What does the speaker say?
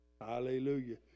Hallelujah